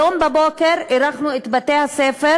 היום בבוקר אירחנו את בתי-הספר